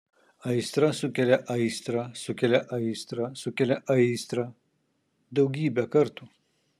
aistra sukelia aistrą sukelia aistrą sukelia aistrą daugybę kartų